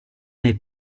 n’est